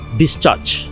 discharge